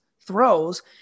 throws